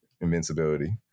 invincibility